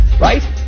right